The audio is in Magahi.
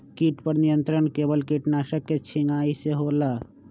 किट पर नियंत्रण केवल किटनाशक के छिंगहाई से होल?